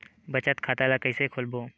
बचत खता ल कइसे खोलबों?